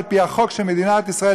על פי החוק של מדינת ישראל,